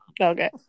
Okay